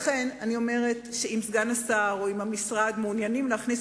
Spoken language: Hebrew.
לכן אני אומרת שאם סגן השר או המשרד מעוניינים להכניס